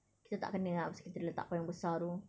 kita tak kena ah pasal kita letak payung besar tu